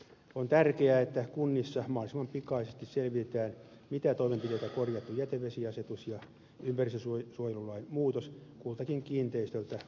on tärkeää että kunnissa mahdollisimman pikaisesti selvitetään mitä toimenpiteitä korjattu jätevesiasetus ja ympäristönsuojelulain muutos kultakin kiinteistöltä kunnan eri alueilla edellyttävät